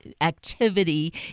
activity